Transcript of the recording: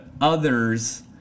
others